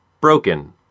Broken